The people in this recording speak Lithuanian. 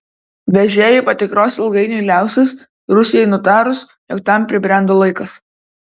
vežėjų patikros ilgainiui liausis rusijai nutarus jog tam pribrendo laikas